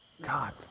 God